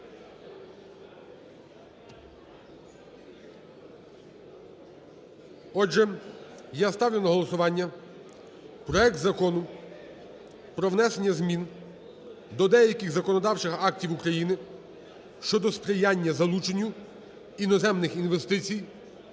Отже, я ставлю на голосування проект Закону про внесення змін до деяких законодавчих актів України щодо сприяння залученню іноземних інвестицій